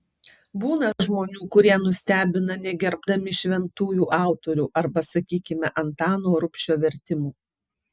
būna žmonių kurie nustebina negerbdami šventųjų autorių arba sakykime antano rubšio vertimų